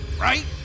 right